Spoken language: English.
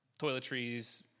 toiletries